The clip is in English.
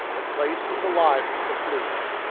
the place is alive with the police.